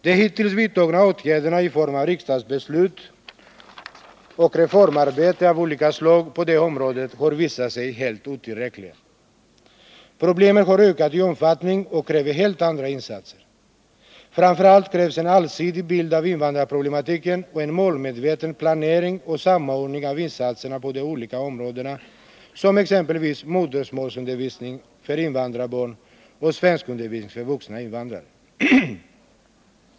De hittills vidtagna åtgärderna i form av riksdagsbeslut och reformarbete av olika slag på det här området har visat sig helt otillräckliga. Problemen har ökat i omfattning och kräver helt andra insatser. Framför allt krävs en allsidig bild av invandrarproblematiken och en målmedveten planering och samordning av insatserna på de olika områdena som exempelvis modersmålsundervisningen för invandrarbarn och svenskundervisningen för vuxna invandrare.